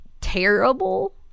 terrible